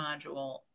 module